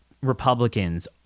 Republicans